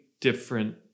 different